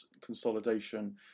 consolidation